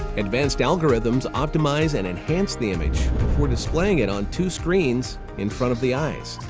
advanced algorithms optimize and enhance the image before displaying it on two screens in front of the eyes.